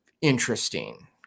interesting